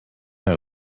out